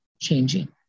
changing